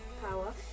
power